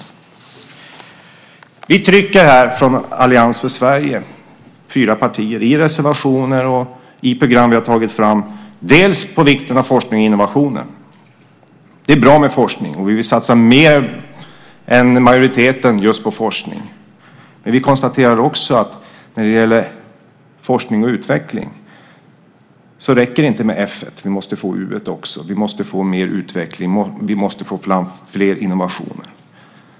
Vi fyra partier i Allians för Sverige trycker, i reservationer och i program vi har tagit fram, bland annat på vikten av forskning och innovationer. Det är bra med forskning, och vi vill satsa mer än majoriteten just på forskning. Men vi konstaterar också att när det gäller forskning och utveckling så räcker det inte med f:et. Vi måste få u:et också. Vi måste få mer utveckling. Vi måste få fram fler innovationer.